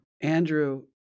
Andrew